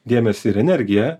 dėmesį ir energiją